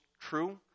true